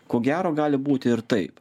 ko gero gali būti ir taip